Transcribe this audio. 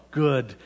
good